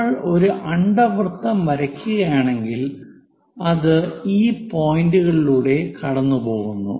നമ്മൾ ഒരു അണ്ഡവൃത്തം വരയ്ക്കുകയാണെങ്കിൽ അത് ഈ പോയിന്റുകളിലൂടെ കടന്നുപോകുന്നു